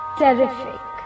terrific